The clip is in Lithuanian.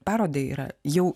parodai yra jau